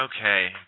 Okay